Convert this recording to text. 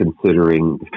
considering